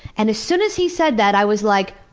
and as soon as he said that, i was like,